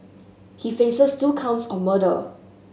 he faces two counts on murder